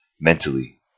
mentally